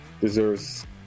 deserves